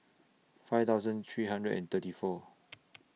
five thousand three hundred and thirty four